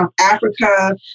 Africa